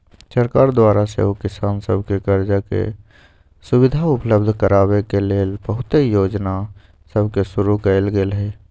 सरकार द्वारा सेहो किसान सभके करजा के सुभिधा उपलब्ध कराबे के लेल बहुते जोजना सभके शुरु कएल गेल हइ